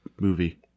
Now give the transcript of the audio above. movie